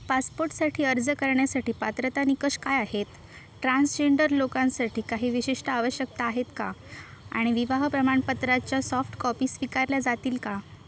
पासपोटसाठी अर्ज करण्यासाठी पात्रता निकष काय आहेत ट्रान्सजेंडर लोकांसाठी काही विशिष्ट आवश्यकता आहेत का आणि विवाह प्रमाणपत्राच्या सॉफ्टकॉपी स्वीकारल्या जातील का